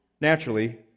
naturally